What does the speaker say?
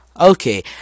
Okay